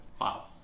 Wow